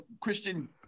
Christian